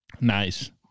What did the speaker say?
Nice